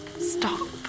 Stop